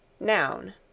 Noun